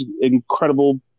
incredible